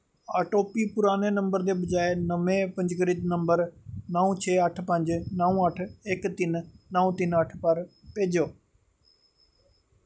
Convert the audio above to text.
OTP पुराने number दे बजाए नमें पंजीकृत नंबर नौ छे अट्ठ पंज नौ अट्ठ इक तिन्न नौ तिन्न अट्ठ पर भेजो